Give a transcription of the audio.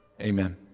Amen